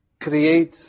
create